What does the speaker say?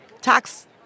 tax